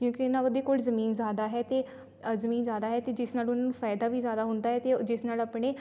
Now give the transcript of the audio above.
ਕਿਉਂਕਿ ਇਹਨਾਂ ਦੇ ਕੋਲ ਜ਼ਮੀਨ ਜ਼ਿਆਦਾ ਹੈ ਅਤੇ ਜ਼ਮੀਨ ਜ਼ਿਆਦਾ ਹੈ ਅਤੇ ਜਿਸ ਨਾਲ ਉਹਨਾਂ ਨੂੰ ਫਾਇਦਾ ਵੀ ਜ਼ਿਆਦਾ ਹੁੰਦਾ ਅਤੇ ਜਿਸ ਨਾਲ ਆਪਣੇ